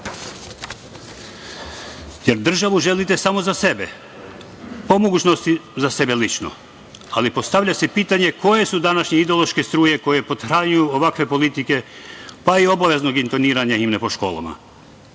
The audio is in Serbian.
jer državu želite samo za sebe, po mogućnosti za sebe lično. Ali, postavlja se pitanje – koje su današnje ideološke struje koje pothranjuju ovakve politike, pa i obaveznog intoniranja himne po školama?